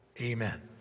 amen